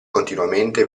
continuamente